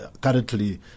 currently